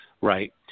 right